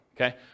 okay